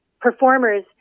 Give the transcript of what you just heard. performers